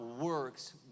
works